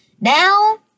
now